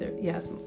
Yes